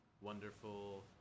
wonderful